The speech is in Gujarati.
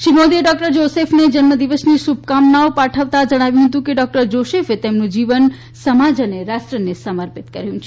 શ્રી મોદીએ ડોકટર જોસેફને જન્મ દિવસની શુભકામના પાઠવતા જણાવ્યું કે ડોકટર જોસેફે તેમનું જીવન સમાજ અને રાષ્ટ્રને સમર્પિત કર્યુ છે